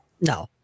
No